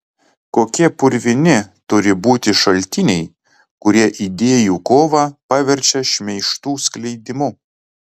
kokie purvini turi būti šaltiniai kurie idėjų kovą paverčia šmeižtų skleidimu